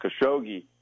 Khashoggi